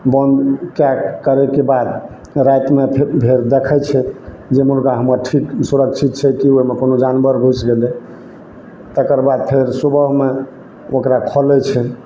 बंद कए करैके बाद रातिमे फेर देखै छै जे मुर्गा हमर ठीक सुरक्षित छै कि ओहिमे कोनो जानबर घुसि गेलै तकरबाद फेर सुबहमे ओकरा खोलैत छै